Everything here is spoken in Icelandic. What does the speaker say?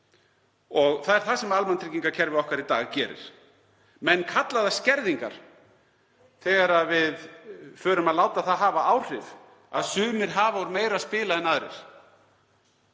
Það er það sem almannatryggingakerfi okkar í dag gerir. Menn kalla það skerðingar þegar við látum það hafa áhrif að sumir hafa úr meiru að spila en aðrir.